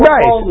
Right